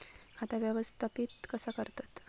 खाता व्यवस्थापित कसा करतत?